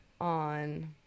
On